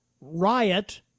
riot